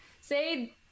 say